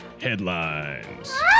headlines